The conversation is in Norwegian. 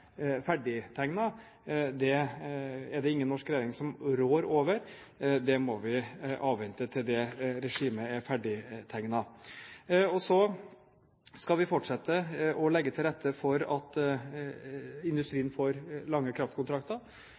ferdigtegnet. Det er det ingen norsk regjering som rår over. Vi må avvente det til det regimet er ferdigtegnet. Så skal vi fortsette å legge til rette for at industrien får lange kraftkontrakter.